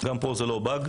גם פה זה לא באג,